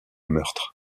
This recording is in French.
meurtre